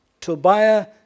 Tobiah